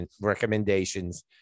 recommendations